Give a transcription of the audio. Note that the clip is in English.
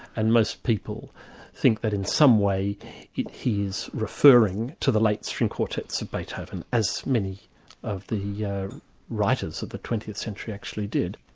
and most people think that in some way he is referring to the late string quartets of beethoven, as many of the yeah writers of the twentieth century actually did.